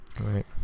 Right